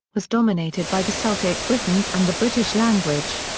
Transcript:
was dominated by the celtic britons and the british language.